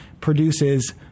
produces